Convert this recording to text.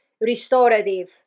restorative